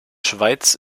schweiz